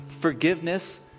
forgiveness